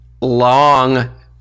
long